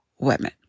women